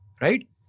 right